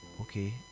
okay